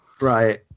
Right